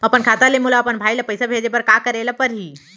अपन खाता ले मोला अपन भाई ल पइसा भेजे बर का करे ल परही?